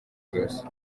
zose